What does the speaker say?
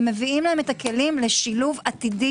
ומביאים להם את הכלים לשילוב עתידי